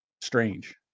strange